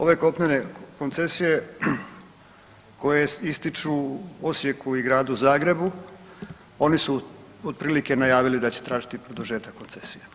Ove kopnene koncesije koje ističu Osijeku i Gradu Zagrebu oni su otprilike najavili da će tražiti produžetak koncesije.